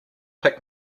pick